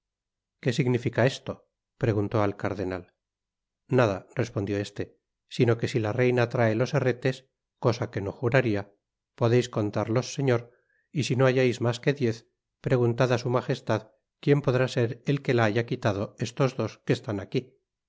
qué significa esto preguntó al cardenal nada respondió este sino que si la reina trae los herretes cosa que no jnraria podeis contarlos señor y si no hallais mas que diez preguntad á su majestad quienpodrá ser el que la haya quitado estos dos que están aquí